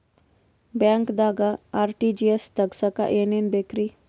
ಬ್ಯಾಂಕ್ದಾಗ ಆರ್.ಟಿ.ಜಿ.ಎಸ್ ತಗ್ಸಾಕ್ ಏನೇನ್ ಬೇಕ್ರಿ?